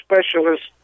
specialists